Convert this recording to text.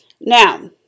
now